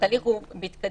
התהליך הוא בהתקדמות.